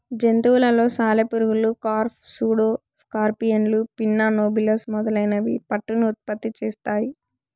జంతువులలో సాలెపురుగులు, carp, pseudo స్కార్పియన్లు, పిన్నా నోబిలస్ మొదలైనవి పట్టును ఉత్పత్తి చేస్తాయి